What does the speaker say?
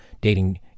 dating